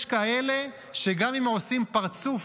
יש כאלה שגם אם עושים פרצוף